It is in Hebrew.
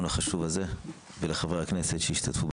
החשוב הזה ולחברי הכנסת שהשתתפו בדיון.